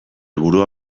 burua